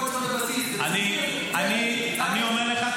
הכול צריך להיות בבסיס --- אני אומר לך,